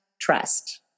trust